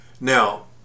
Now